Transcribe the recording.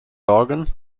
organ